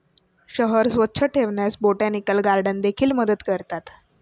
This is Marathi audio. शहर स्वच्छ ठेवण्यास बोटॅनिकल गार्डन देखील मदत करतात